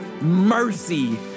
mercy